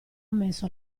ammesso